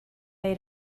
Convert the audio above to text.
made